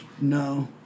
no